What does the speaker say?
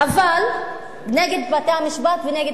אבל נגד בתי-המשפט ונגד התקשורת,